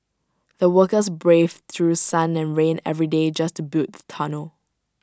the workers braved through sun and rain every day just to build the tunnel